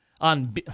on –